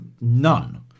none